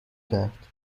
کرد